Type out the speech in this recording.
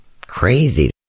crazy